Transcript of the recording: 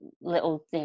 little